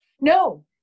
No